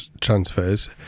transfers